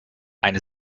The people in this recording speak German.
eine